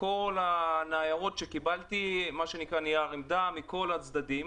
כל ניירות העמדה שקיבלתי מכל הצדדים.